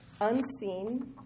unseen